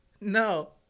No